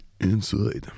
Inside